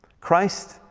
Christ